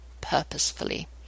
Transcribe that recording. purposefully